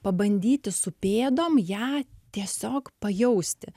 pabandyti su pėdom ją tiesiog pajausti